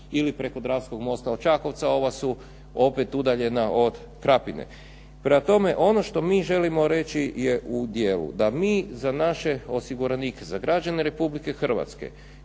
ili preko Dravskog mosta od Čakovca ova su opet udaljena od Krapine. Prema tome, ono što mi želimo reći je u dijelu da mi za naše osiguranike, za građane RH kojima